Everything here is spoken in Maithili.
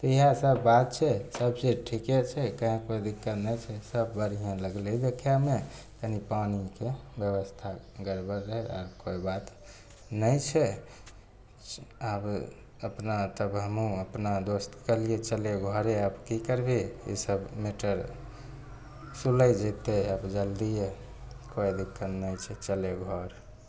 तऽ इहएसब बात छै सबचीज ठिके छै कहीँ कोइ दिक्कत नहि छै सब बढ़िआँ लागलै देखैमे कनि पानीके बेबस्था गड़बड़ रहै आओर कोइ बात नहि छै आब अपना तब हमहूँ अपना दोस्तके कहलिए चल घरे आब कि करबही ई सब मैटर सुलझि जएतै आब जल्दिए कोइ दिक्कत नहि छै चलै घर